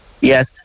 Yes